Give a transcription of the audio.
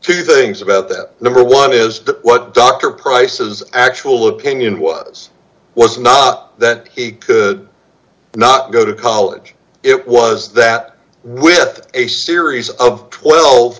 two things about that number one is that what doctor prices actual opinion was was not that he could not go to college it was that with a series of twelve